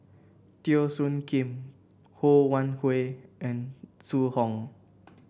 Teo Soon Kim Ho Wan Hui and Zhu Hong